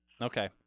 Okay